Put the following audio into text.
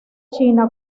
china